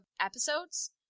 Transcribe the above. episodes